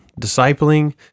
discipling